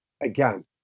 again